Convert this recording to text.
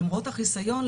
למרות החיסיון,